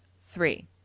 Three